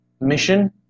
mission